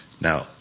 now